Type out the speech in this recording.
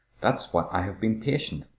that's why i have been patient.